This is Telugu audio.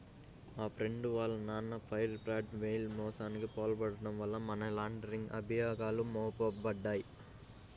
మా ఫ్రెండు వాళ్ళ నాన్న వైర్ ఫ్రాడ్, మెయిల్ మోసానికి పాల్పడటం వల్ల మనీ లాండరింగ్ అభియోగాలు మోపబడ్డాయి